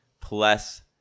plus